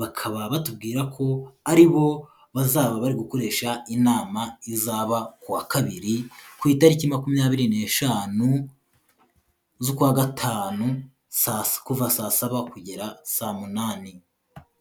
bakaba batubwira ko aribo bazaba bari gukoresha inama izaba ku wa kabiri, ku itariki makumyabiri neshanu z'ukwa gatanu, kuva saa saba kugera saa munani.